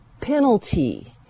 Penalty